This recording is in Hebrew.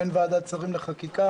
אין ועדת שרים לחקיקה?